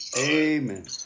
Amen